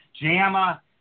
JAMA